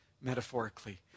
metaphorically